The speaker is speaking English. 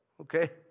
okay